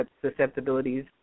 Susceptibilities